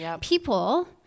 people